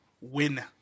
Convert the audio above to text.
win